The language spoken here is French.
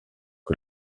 que